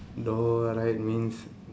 door right means